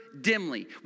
dimly